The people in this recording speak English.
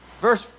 Verse